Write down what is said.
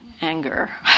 anger